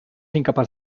incapaç